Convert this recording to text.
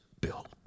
built